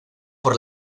por